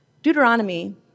Deuteronomy